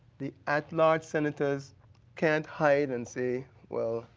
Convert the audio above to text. the at-large senators can't hide and say, well,